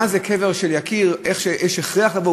מה זה קבר של יקיר ואיך יש הכרח לבוא.